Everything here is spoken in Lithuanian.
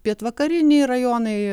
pietvakariniai rajonai